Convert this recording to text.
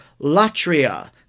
latria